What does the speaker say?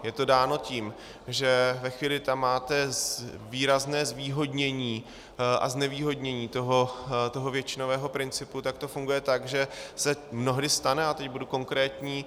Je to dáno tím, že ve chvíli, kdy tam máte výrazné zvýhodnění a nezvýhodnění toho většinového principu, tak to funguje tak, že se mnohdy stane a teď budu konkrétní.